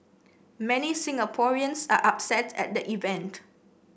many Singaporeans are upset at the event